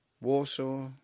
Warsaw